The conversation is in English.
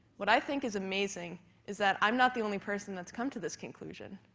what i think is amazing is that i'm not the only person that's come to this conclusion.